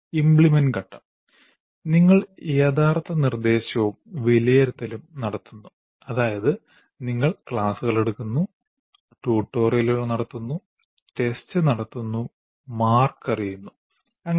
implement ഘട്ടം നിങ്ങൾ യഥാർത്ഥ നിർദ്ദേശവും വിലയിരുത്തലും നടത്തുന്നു അതായത് നിങ്ങൾ ക്ലാസുകൾ എടുക്കുന്നു ട്യൂട്ടോറിയലുകൾ നടത്തുന്നു ടെസ്റ്റ് നടത്തുന്നു മാർക്ക് അറിയുന്നു അങ്ങനെ